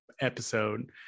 episode